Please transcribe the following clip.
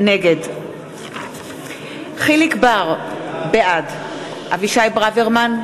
נגד יחיאל חיליק בר, בעד אבישי ברוורמן,